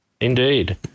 Indeed